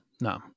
No